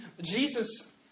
Jesus